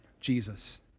Jesus